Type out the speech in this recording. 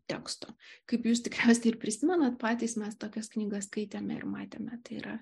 teksto kaip jūs tik ir prisimenat patys mes tokias knygas skaitėme ir matėme tai yra